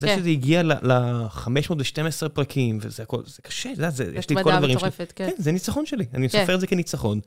כן... זה שזה הגיע ל... ל-512 פרקים, וזה הכול, זה קשה, זה... זה, את יודעת, יש לי את כל הדברים שלי. זו התמדה מטורפת. כן. כן, זה ניצחון שלי. אני מסופר את זה כניצחון,